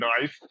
nice